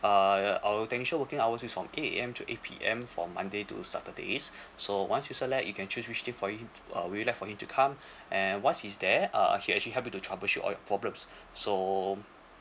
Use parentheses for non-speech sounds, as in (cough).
uh our technicians working hours is from eight A_M to eight P_M for monday to saturday (breath) so once you select you can choose which day for him uh will you like for him to come and once he is there uh he actually help you to troubleshoot all your problems (breath) so